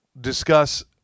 discuss